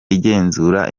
igenzura